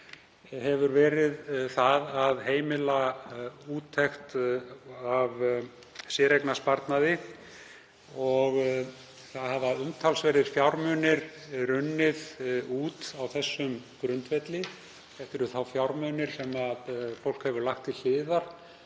hefur verið það að heimila úttekt af séreignarsparnaði og hafa umtalsverðir fjármunir runnið út á þessum grundvelli. Þetta eru þá fjármunir sem fólk hefur lagt til hliðar